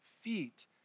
feet